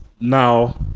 Now